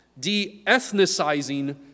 de-ethnicizing